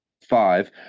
Five